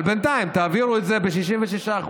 אבל בינתיים תעבירו את זה ב-66%.